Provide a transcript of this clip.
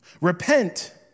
Repent